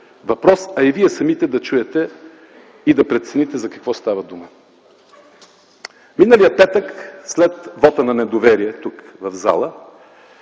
въпрос, а и вие самите да чуете и прецените за какво става дума. Миналия петък, след вота на недоверие тук,